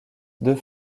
deux